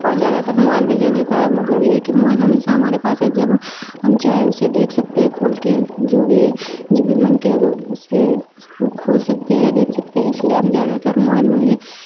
اور زیادہ تر موبائل میں لینے کا ہے مطلب یہ ہے کہ موبائل ہمیشہ ہمارے پاس ہے جب ہم چاہے اسے دیکھ سکتے ہیں کھول کے جو بھی جب بھی من کیا اس پہ وہ کھول سکتے ہیں دیکھ سکتے ہیں اس لیے ہم زیادہ تر موبائل میں ہی